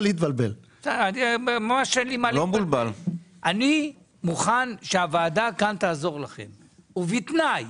אני מוכן שהוועדה כאן תעזור לכם, ובתנאי